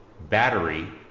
battery